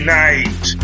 night